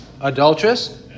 adulteress